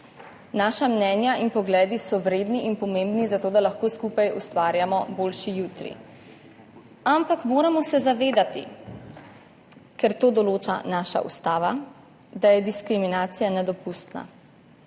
Naša mnenja in pogledi so vredni in pomembni za to, da lahko skupaj ustvarjamo boljši jutri. Ampak moramo se zavedati, ker to določa naša Ustava, da je diskriminacija nedopustna,